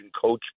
coach